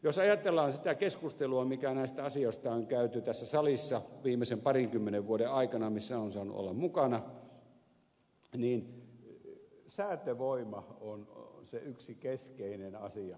jos ajatellaan sitä keskustelua mikä näistä asioista on käyty tässä salissa viimeisen parinkymmenen vuoden aikana missä olen saanut olla mukana niin säätövoima on se yksi keskeinen asia